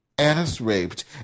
Ass-raped